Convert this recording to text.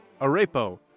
Arepo